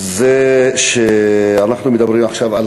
זה שאנחנו מדברים עכשיו על